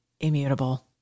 immutable